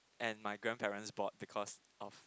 and my grandparents bought because of